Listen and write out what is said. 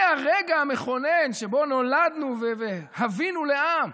זה הרגע המכונן שבו נולדנו והווינו לעם.